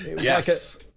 yes